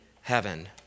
heaven